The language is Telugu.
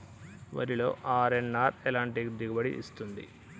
వరిలో అర్.ఎన్.ఆర్ ఎలాంటి దిగుబడి ఇస్తుంది?